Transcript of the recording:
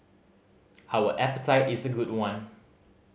our appetite is a good one